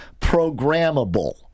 programmable